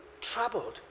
troubled